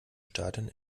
stadion